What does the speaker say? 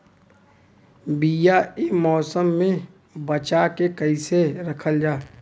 बीया ए मौसम में बचा के कइसे रखल जा?